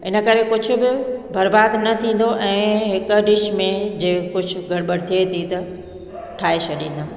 इन करे कुझु बि बरबादु न थींदो ऐं हिकु डिश में जे कुझु गड़बड़ थिए थी त ठाहे छॾींदमि